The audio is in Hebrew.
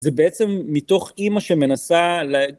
זה בעצם מתוך אימא שמנסה...